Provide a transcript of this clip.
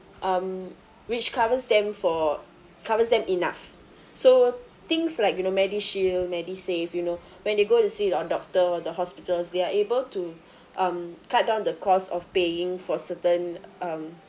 um which covers them for covers them enough so things like you know MediShield MediSave you know when they go to see uh doctor the hospitals they are able to um cut down the cost of paying for certain um